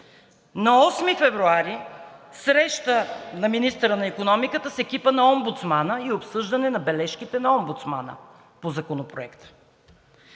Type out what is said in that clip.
На 8 февруари среща на министъра на икономиката с екипа на омбудсмана и обсъждане на бележките на омбудсмана по Законопроекта.